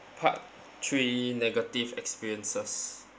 part three negative experiences